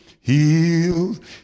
healed